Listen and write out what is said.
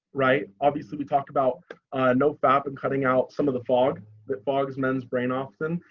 right, obviously, we talked about no fap and cutting out some of the fog, that fog is man's brain often,